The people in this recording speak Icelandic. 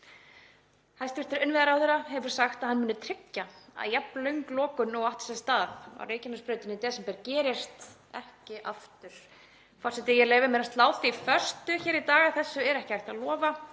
Hæstv. innviðaráðherra hefur sagt að hann muni tryggja að jafn löng lokun og átti sér stað á Reykjanesbrautinni í desember gerist ekki aftur. Forseti. Ég leyfi mér að slá því föstu hér í dag að þessu er ekki hægt að lofa.